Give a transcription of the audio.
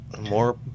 More